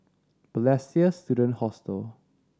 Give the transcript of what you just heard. Balestier Student Hostel